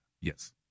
Yes